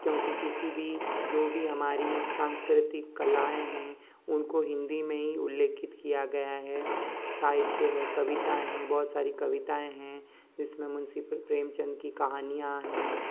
क्योंकि किसी भी जो भी हमारी सांस्कृतिक कलाएं हैं उनको हिंदी में ही उल्लेखित किया गया है साहित्य है कविताएँ हैं बहुत सारी कविताएँ हैं जिसमें मुंशी प्रेमचंद की कहानियाँ हैं